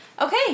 Okay